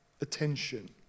attention